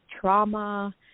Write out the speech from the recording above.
trauma